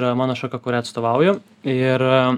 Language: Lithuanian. yra mano šaka kurią atstovauju ir